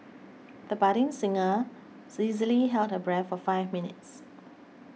the budding singer easily held her breath for five minutes